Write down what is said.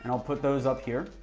and i'll put those up here,